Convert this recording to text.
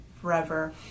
forever